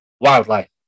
wildlife